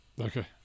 Okay